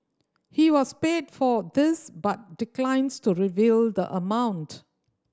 he was paid for this but declines to reveal the amount